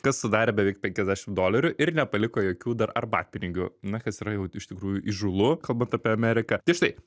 kas sudarė beveik penkiasdešim dolerių ir nepaliko jokių dar arbatpinigių na kas yra jau iš tikrųjų įžūlu kalbant apie ameriką tai štai